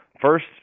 first